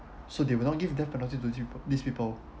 so they will not give death penalty to these these people